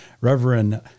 Reverend